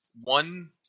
one